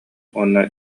уонна